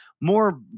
More